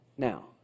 Now